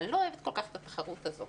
אני לא אוהבת כל כך את התחרות הזאת,